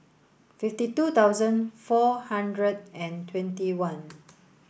fifty two thousand four hundred and twenty one